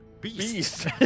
beast